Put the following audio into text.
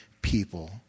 people